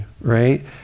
right